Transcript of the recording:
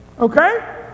Okay